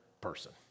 person